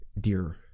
dear